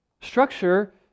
Structure